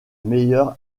meilleure